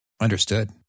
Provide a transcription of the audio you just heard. Understood